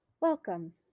Welcome